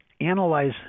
analyze